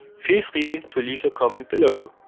feel free to leave a comment below.